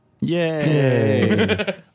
Yay